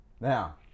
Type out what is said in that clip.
now